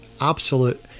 absolute